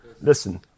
listen